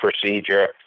procedure